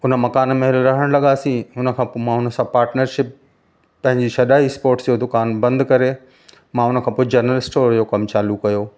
उन मकान में रहणु लॻासीं हुन खां पोइ मां हुन सां पार्टनरशिप तव्हांजी छॾाई स्पोट्स जो दुकान बंदि करे मां हुन खां पोइ जनरल स्टोर जो कमु चालू कयो